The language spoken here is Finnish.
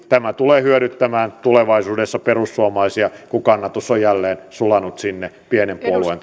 tämä tulee hyödyttämään tulevaisuudessa perussuomalaisia kun kannatus on jälleen sulanut sinne pienen puolueen